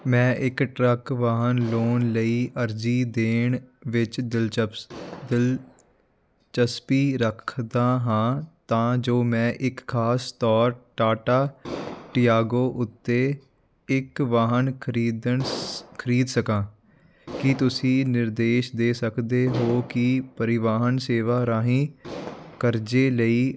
ਮੈਂ ਇੱਕ ਟਰੱਕ ਵਾਹਨ ਲੋਨ ਲਈ ਅਰਜ਼ੀ ਦੇਣ ਵਿੱਚ ਦਿਲਚਪਸ ਦਿਲਚਸਪੀ ਰੱਖਦਾ ਹਾਂ ਤਾਂ ਜੋ ਮੈਂ ਇੱਕ ਖਾਸ ਤੌਰ ਟਾਟਾ ਟਿਆਗੋ ਉੱਤੇ ਇੱਕ ਵਾਹਨ ਖਰੀਦਣ ਖਰੀਦ ਸਕਾਂ ਕੀ ਤੁਸੀਂ ਨਿਰਦੇਸ਼ ਦੇ ਸਕਦੇ ਹੋ ਕੀ ਪਰਿਵਾਹਨ ਸੇਵਾ ਰਾਹੀਂ ਕਰਜ਼ੇ ਲਈ